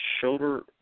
Shoulder